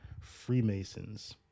Freemasons